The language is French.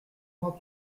moi